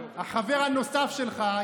החבר הנוסף שלך,